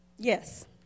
Yes